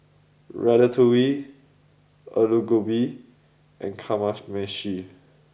Ratatouille Alu Gobi and Kamameshi